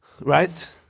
right